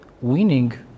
winning